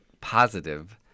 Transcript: positive